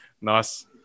nice